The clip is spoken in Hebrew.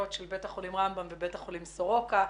של בית החולים רמב"ם ובית החולים סורוקה,